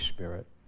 Spirit